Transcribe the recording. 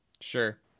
Sure